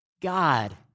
God